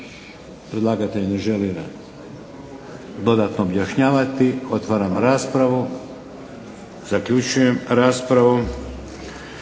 Predlagatelj ne želi dodatno objašnjavati. Otvaram raspravu. Zaključujem raspravu.